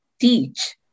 teach